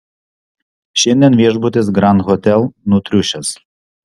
šiandien viešbutis grand hotel nutriušęs